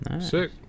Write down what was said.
Sick